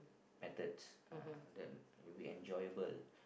methods uh then it'll be enjoyable